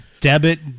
Debit